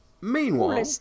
meanwhile